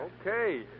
Okay